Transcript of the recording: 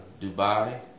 Dubai